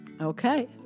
Okay